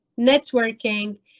networking